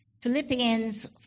Philippians